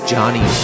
Johnny